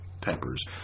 peppers